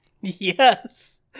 Yes